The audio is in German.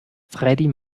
freddie